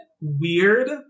weird